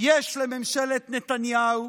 יש לממשלת נתניהו